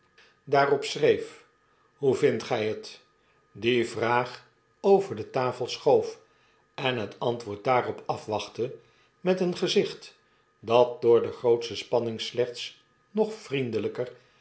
daarop schreef hoe vindt gij het die vraag over de tafel schoof en het antwoord daarop afwachtte met een gezicht dat door de grootste spanning slechts nog vriendelyker